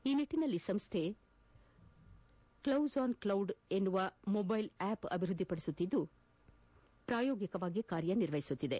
ಈ ನಿಟ್ಟಿನಲ್ಲಿ ಸಂಸ್ಥೆ ಕೌಸ್ ಆನ್ ಕ್ಲೌಡ್ ಎಂಬ ಮೊಬೈಲ್ ಆಪ್ ಅಭಿವೃದ್ಧಿಪಡಿಸುತ್ತಿದ್ದು ಪ್ರಾಯೋಗಿಕವಾಗಿ ಕಾರ್ಯ ನಿರ್ವಹಿಸುತ್ತಿದೆ